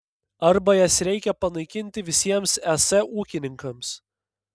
arba jas reikia panaikinti visiems es ūkininkams